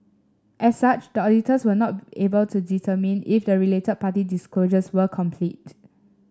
as such the auditors were not able to determine if the related party disclosures were complete